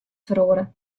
feroare